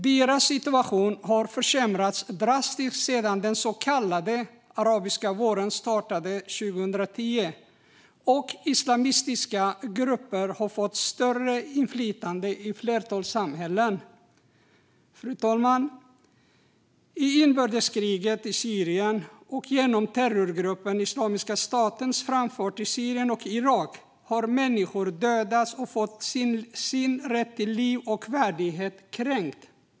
Deras situation har försämrats drastiskt sedan den så kallade arabiska våren startade 2010 och islamistiska grupper fått stärkt inflytande i ett flertal samhällen. Fru talman! I inbördeskriget i Syrien och genom terrorgruppen Islamiska statens framfart i Syrien och Irak har människor dödats och fått sin rätt till liv och värdighet kränkt.